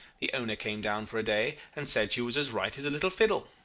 the owner came down for a day, and said she was as right as a little fiddle.